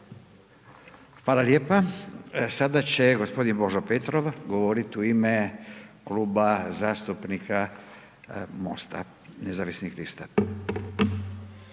Hvala lijepa. Sada će gospodin Božo Petrov govorit u ime Kluba zastupnika MOST-a nezavisnih lista.